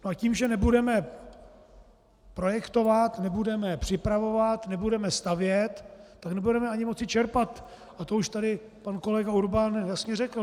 A tím, že nebudeme projektovat, nebudeme připravovat, nebudeme stavět, tak nebudeme ani moci čerpat, to už tady pan kolega Urban jasně řekl.